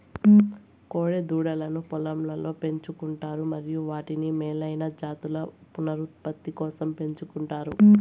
కోడె దూడలను పొలంలో పెంచు కుంటారు మరియు వాటిని మేలైన జాతుల పునరుత్పత్తి కోసం పెంచుకుంటారు